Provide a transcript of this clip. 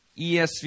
ESV